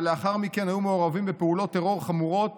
ולאחר מכן היו מעורבים בפעולות טרור חמורות